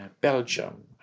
Belgium